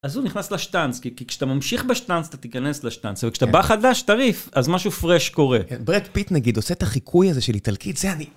אז הוא נכנס לשטאנץ, כי כשאתה ממשיך בשטאנץ, אתה תיכנס לשטאנץ, וכשאתה בא חדש, טרי, אז משהו פרש קורה. בראד פיט, נגיד, עושה את החיקוי הזה של איטלקית, זה אני...